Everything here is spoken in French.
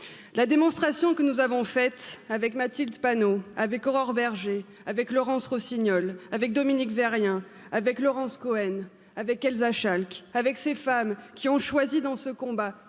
la démonstration que nous avons faite avec mathilde panot avec aurore bergé avec laurence rossignol avec dominique verriez laurence cohen avec elsa chalk avec ses femmes qui ont choisi dans ce combat